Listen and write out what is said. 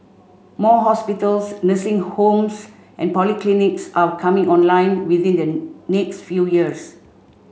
more hospitals nursing homes and polyclinics are coming online within the next few years